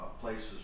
places